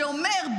שאומר,